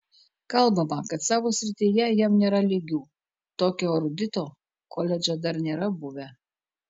kalbama kad savo srityje jam nėra lygių tokio erudito koledže dar nėra buvę